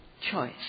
choice